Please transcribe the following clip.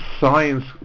science